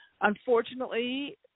unfortunately